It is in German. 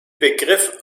begriff